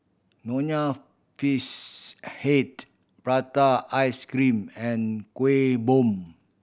Nonya Fish Head prata ice cream and Kueh Bom